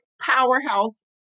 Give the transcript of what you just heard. powerhouse